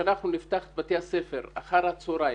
כשהוא נוגע מאוד קרוב למישהו שמאוד מעריכים